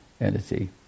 entity